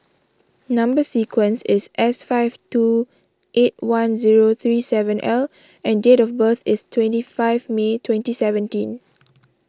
Number Sequence is S five two eight one zero three seven L and date of birth is twenty five May twenty seventeen